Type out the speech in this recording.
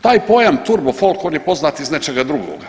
Taj pojam turbo folk on je poznat iz nečega drugoga.